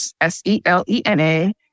S-E-L-E-N-A